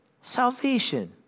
Salvation